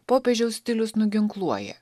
popiežiaus stilius nuginkluoja